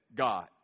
God